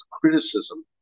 criticism